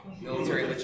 military